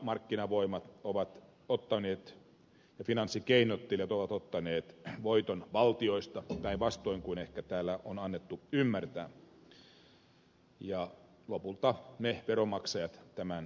markkinavoimat ja finanssikeinottelijat ovat ottaneet voiton valtioista päinvastoin kuin ehkä täällä on annettu ymmärtää ja lopulta me veronmaksajat tämän kuittaamme